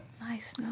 Nice